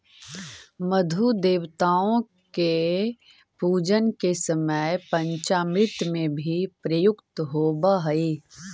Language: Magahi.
मधु देवताओं के पूजन के समय पंचामृत में भी प्रयुक्त होवअ हई